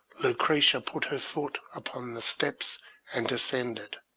lucretia put her foot upon the steps and descended,